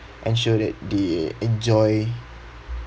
ensure that they enjoy